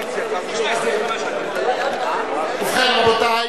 ובכן, רבותי,